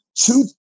two